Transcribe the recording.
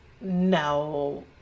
no